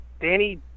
Danny